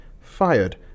fired